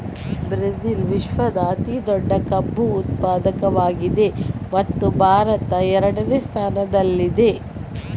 Brazil ವಿಶ್ವದಲ್ಲೇ ಅತಿ ದೊಡ್ಡ ಕಬ್ಬು ಉತ್ಪಾದಕವಾಗಿದೆ ಮತ್ತು ಭಾರತ ಎರಡನೇ ಸ್ಥಾನದಲ್ಲಿದೆ